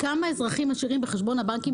כמה אזרחים משאירים בחשבון הבנקים